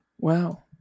Wow